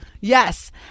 Yes